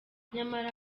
nyamara